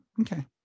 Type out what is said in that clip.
okay